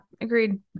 agreed